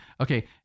Okay